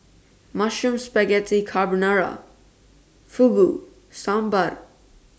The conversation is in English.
Mushroom Spaghetti Carbonara Fugu Sambar